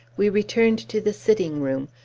we returned to the sitting-room,